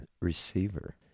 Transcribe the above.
receiver